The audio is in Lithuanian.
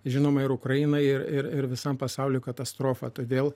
žinoma ir ukraina ir ir visam pasauliui katastrofa todėl